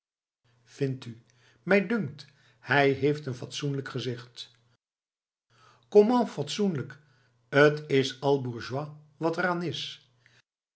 vindt u mij dunkt hij heeft een fatsoenlijk gezicht comment fatsoenlijk t is al bourgeois wat er aan is